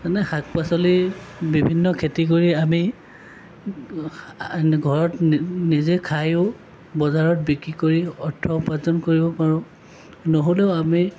এনে শাক পাচলিৰ বিভিন্ন খেৰি কৰি আমি ঘৰত নিজে খায়ো বজাৰত বিক্ৰী কৰি অৰ্থ উপাৰ্জন কৰিব পাৰোঁ নহ'লেও আমি